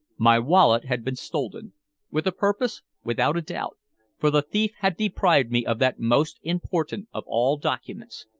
my wallet had been stolen with a purpose, without a doubt for the thief had deprived me of that most important of all documents,